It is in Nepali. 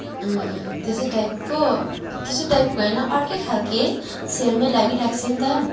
उम् उम् त्यस्तै टाइपको त्यस्तै टाइपको होइन अर्कै खालके सेलमै लागिरहेको छ नि त